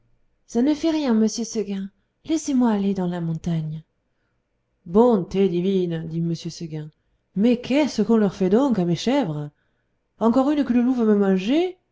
ça ne fait rien monsieur seguin laissez-moi aller dans la montagne bonté divine dit m seguin mais qu'est-ce qu'on leur fait donc à mes chèvres encore une que le loup va me manger